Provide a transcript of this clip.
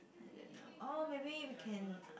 I didn't know or maybe we can